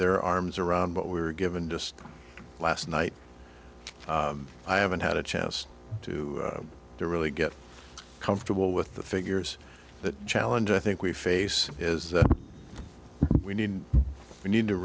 their arms around but we were given just last night i haven't had a chance to really get comfortable with the figures that challenge i think we face is that we need we need to